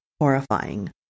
horrifying